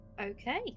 Okay